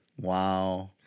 Wow